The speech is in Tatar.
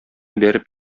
бәреп